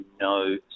no